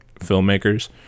filmmakers